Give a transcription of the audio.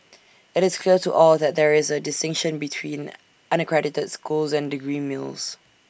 IT is clear to all that there is A distinction between unaccredited schools and degree mills